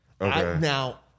Now